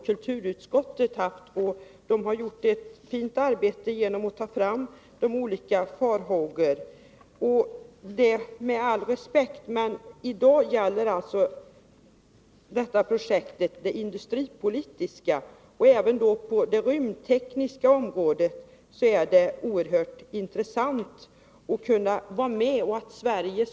Kulturutskottet har uträttat ett fint arbete och har pekat på olika farhågor som kan hysas i sammanhanget. Projektet är emellertid främst industripolitiskt. Även på det rymdtekniska området är det oerhört intressant för Sverige att vara med.